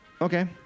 Okay